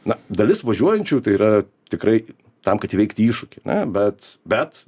na dalis važiuojančių tai yra tikrai tam kad įveikti iššūkį na bet bet